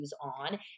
on